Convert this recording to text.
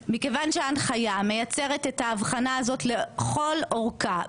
מכיוון שההנחיה מייצרת את ההבחנה הזאת לכל אורכה,